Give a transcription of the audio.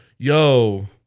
Yo